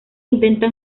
intenta